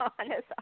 honest